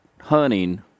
hunting